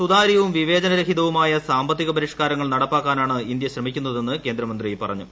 സുതാര്യവും വിവേചന രഹിതവുമായ സാമ്പത്തിക പരിഷ്ക്കാരങ്ങൾ നടപ്പാക്കാനാണ് ഇന്ത്യ ശ്രമിക്കുന്നതെന്ന് കേന്ദമന്ത്രി പറഞ്ഞു